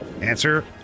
Answer